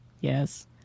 Yes